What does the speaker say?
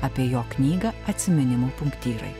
apie jo knygą atsiminimų punktyrai